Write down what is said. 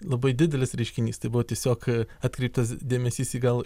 labai didelis reiškinys tai buvo tiesiog atkreiptas dėmesys į gal